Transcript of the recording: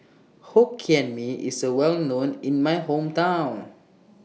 Hokkien Mee IS A Well known in My Hometown